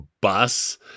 bus